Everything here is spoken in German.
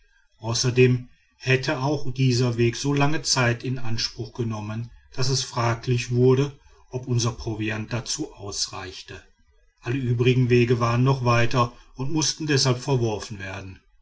außerdem hätte auch dieser weg so lange zeit in anspruch genommen daß es fraglich wurde ob unser proviant dazu ausreichte alle übrigen wege waren noch weiter und mußten deshalb verworfen werden